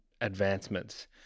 advancements